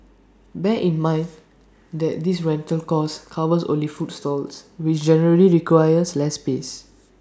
bear in mind that this rental cost covers only food stalls which generally requires less space